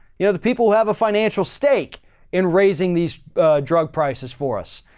you know the people who have a financial stake in raising these drug prices for us,